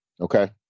Okay